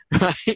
right